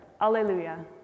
Alleluia